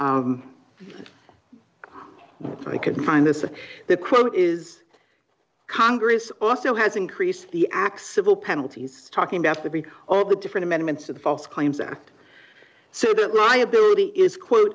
i can find this the quote is congress also has increased the acts civil penalties talking about the be all the different amendments to the false claims act so that liability is quote